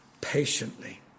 patiently